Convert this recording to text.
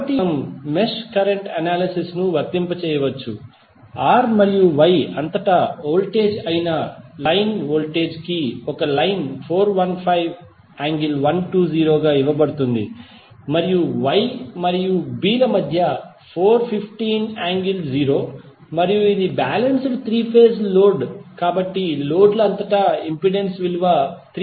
కాబట్టి ఇక్కడ కూడా మనము మెష్ కరెంట్ అనాలిసిస్ ను వర్తింపజేయవచ్చు R మరియు Y అంతటా వోల్టేజ్ అయిన లైన్ వోల్టేజ్ కి ఒక లైన్ 415∠120 గా ఇవ్వబడుతుంది మరియు Y మరియు B ల మధ్య 415∠0 మరియు ఇది బాలెన్స్డ్ 3 ఫేజ్ లోడ్ కాబట్టి లోడ్ లు అంతటా ఇంపెడెన్స్ 3 j4